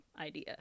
idea